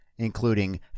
including